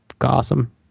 awesome